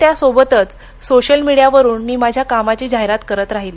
त्यासोबतच सोशल मिडीयावरून मी माझ्या कामाची जाहिरात करत राहिले